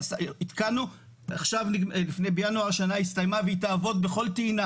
התקנו את זה בינואר השנה והיא תעבוד בכל טעינה.